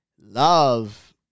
love